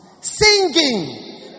Singing